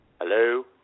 Hello